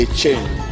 change